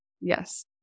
Yes